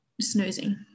snoozing